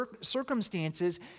circumstances